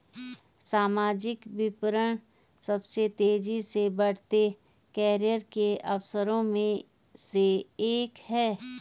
सामाजिक विपणन सबसे तेजी से बढ़ते करियर के अवसरों में से एक है